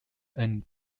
and